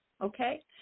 okay